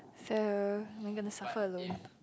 so you're gonna suffer alone